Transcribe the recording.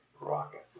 rocket